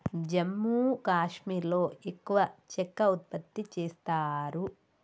జమ్మూ కాశ్మీర్లో ఎక్కువ చెక్క ఉత్పత్తి చేస్తారు